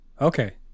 Okay